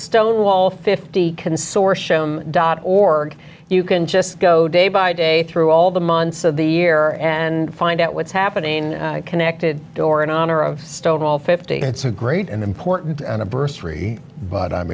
stonewall fifty consortium dot org you can just go day by day through all the months of the year and find out what's happening connected door in honor of stonewall fifty it's a great and important anniversary but i'm